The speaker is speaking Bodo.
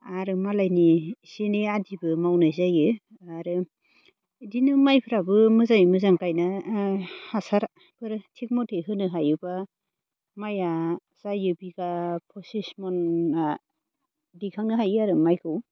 आरो मालायनि एसे एनै आदिबो मावनाय जायो आरो इदिनो माइफ्राबो मोजाङै मोजां गायना हासारफोर थिख मथे होनो हायोबा माइआ जायो बिगा फचिस मनआ दिखांनो हायो आरो माइखौ